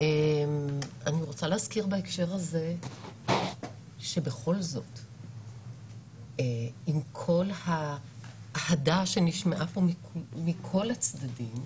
אני רוצה להזכיר שעם כל האהדה שנשמעה פה מכל הצדדים,